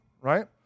right